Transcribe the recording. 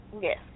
yes